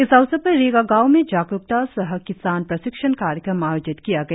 इस अवसर पर रिगा गांव में जागरुकता सह किसान प्रशिक्षण कार्यक्रम आयोजित किया गया